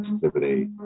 sensitivity